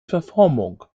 verformung